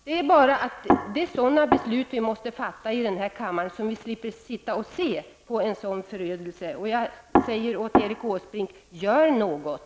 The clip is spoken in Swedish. Det är sådana beslut som vi måste fatta i den här kammaren, så att vi slipper sitta och se en sådan förödelse. Jag vill säga till Erik Åsbrink: Gör något!